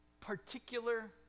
particular